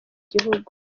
gihugu